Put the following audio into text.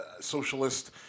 socialist